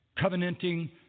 covenanting